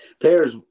players